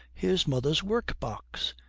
here's mother's work-box!